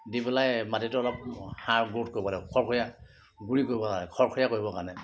দি পেলাই মাটিটো অলপ সাৰবোৰ কৰিব লাগে খৰখৰীয়া কৰিব কাৰণে খৰখৰীয়া কৰিব কাৰণে